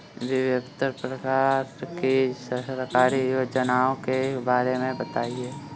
विभिन्न प्रकार की सरकारी योजनाओं के बारे में बताइए?